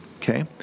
Okay